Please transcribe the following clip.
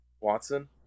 Watson